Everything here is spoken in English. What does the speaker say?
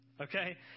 Okay